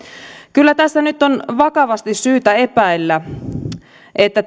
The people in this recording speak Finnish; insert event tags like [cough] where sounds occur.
kyllä tässä nyt on vakavasti syytä epäillä että [unintelligible]